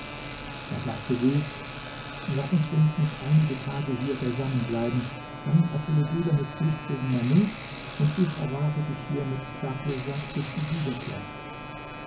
da sagte sie laß uns wenigstens einige tage hier beisammen bleiben dann erfülle du deine pflicht gegen mahmud und ich erwarte dich hier mit sakirsad bis du wiederkehrst